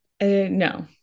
No